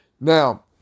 Now